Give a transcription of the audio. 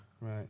right